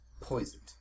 poisoned